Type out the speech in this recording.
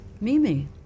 Mimi